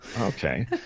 Okay